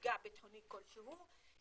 למפגע ביטחוני כלשהו,